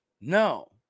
No